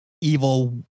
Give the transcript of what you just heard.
evil